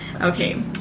Okay